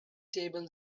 table